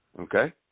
Okay